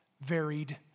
varied